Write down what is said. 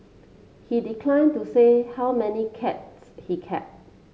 he declined to say how many cats he kept